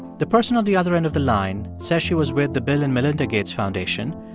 the person on the other end of the line says she was with the bill and melinda gates foundation.